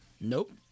Nope